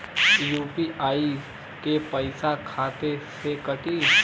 UPI क पैसा खाता से कटी?